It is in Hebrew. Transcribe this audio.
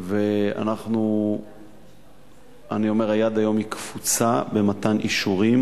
אני אומר, היד היום קפוצה במתן אישורים.